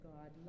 God